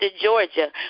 Georgia